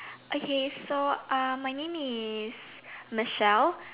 okay so uh my name is Michelle